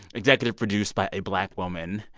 executive produced by a black woman.